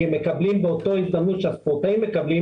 כי הם מקבלים באותה הזדמנות שהספורטאים מקבלים